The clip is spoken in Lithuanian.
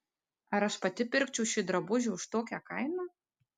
ar aš pati pirkčiau šį drabužį už tokią kainą